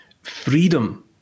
Freedom